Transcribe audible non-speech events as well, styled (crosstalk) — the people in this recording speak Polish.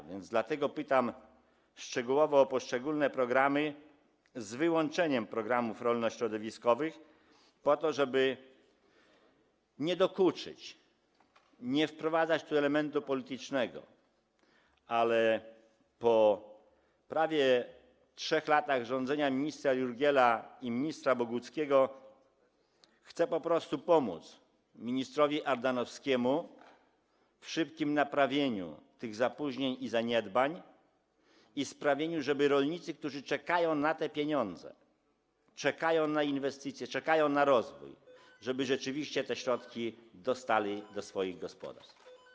A więc pytam szczegółowo o poszczególne programy, z wyłączeniem programów rolno-środowiskowych, nie po to, żeby dokuczyć, ani nie po to, by wprowadzać tu element polityczny, ale dlatego, że po prawie 3 latach rządzenia ministra Jurgiela i ministra Boguckiego chcę po prostu pomóc ministrowi Ardanowskiemu w szybkim naprawieniu tych zapóźnień i zaniedbań i sprawieniu, żeby rolnicy, którzy czekają na te pieniądze, czekają na inwestycje, czekają na rozwój, (noise) rzeczywiście te środki dostali do swoich gospodarstw.